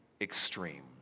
extreme